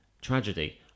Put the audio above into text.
tragedy